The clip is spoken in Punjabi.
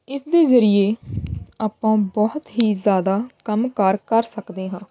ਇਸ ਦੇ ਜ਼ਰੀਏ ਆਪਾਂ ਬਹੁਤ ਹੀ ਜ਼ਿਆਦਾ ਕੰਮ ਕਾਰ ਕਰ ਸਕਦੇ ਹਾਂ